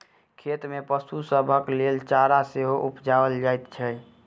खेत मे पशु सभक लेल चारा सेहो उपजाओल जाइत छै